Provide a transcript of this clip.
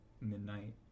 Midnight